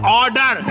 order